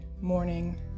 morning